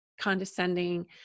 condescending